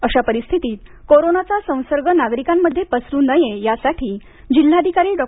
अशा परिस्थितीत कोरोनाचा संसर्ग नागरिकांमध्ये पसरू नये यासाठी जिल्हाधिकारी डॉ